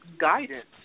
guidance